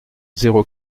zéro